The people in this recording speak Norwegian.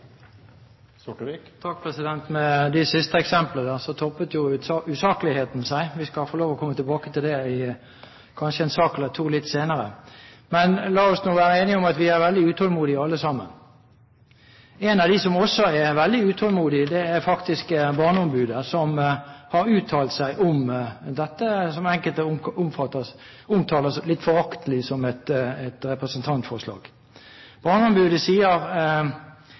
Med de siste eksemplene toppet usakligheten seg. Vi skal få lov til å komme tilbake til det, kanskje, i en sak eller to litt senere. La oss nå være enige om at vi er alle sammen veldig utålmodige. En av dem som også er veldig utålmodig, er faktisk barneombudet, som har uttalt seg om dette som enkelte litt foraktelig omtaler som et representantforslag. Barneombudet sier: